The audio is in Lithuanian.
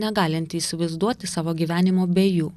negalinti įsivaizduoti savo gyvenimo be jų